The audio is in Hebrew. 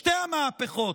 שתי המהפכות,